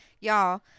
Y'all